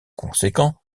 conséquent